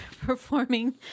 performing